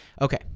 Okay